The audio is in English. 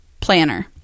Planner